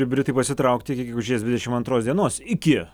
ir britai pasitraukti iki gegužės dvidešim antros dienos iki